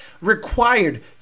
required